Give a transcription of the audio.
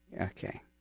Okay